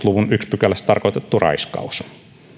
pykälässä tarkoitettu raiskaus